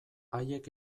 haiek